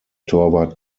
torwart